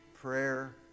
prayer